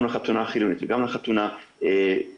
גם לחתונה החילונית וגם לחתונה הערבית.